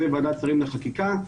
זה ועדת שרים לחקיקה.